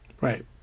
Right